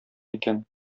икән